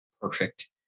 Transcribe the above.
Perfect